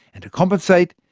and to compensate,